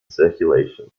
circulation